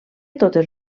totes